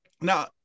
now